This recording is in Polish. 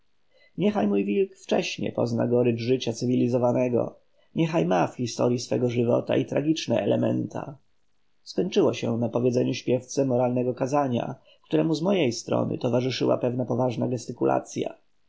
niech mój wilk wcześnie pozna gorycz życia cywilizowanego niechaj ma w historyi swego żywota i tragiczne elementa skończyło się na powiedzeniu śpiewce moralnego kazania któremu z mojej strony towarzyszyła pewna poważna gestykulacya